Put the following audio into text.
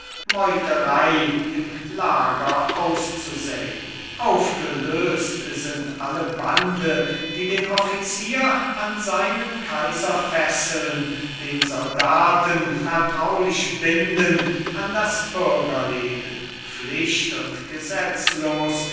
meuterei im lager auszusäen aufgelöst sind alle bande die den offizier an seinen kaiser fesseln den soldaten vertraulich binden an das bürgerleben pflicht und gesetzlos